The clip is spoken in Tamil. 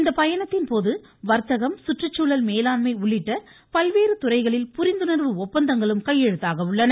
இந்த பயணத்தின் போது வர்த்தகம் குற்றுச்சூழல் மேலாண்மை உள்ளிட்ட பல்வேறு துறைகளில் புரிந்துணர்வு ஒப்பந்தங்களும் கையெழுத்தாக உள்ளன